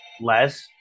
Les